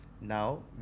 now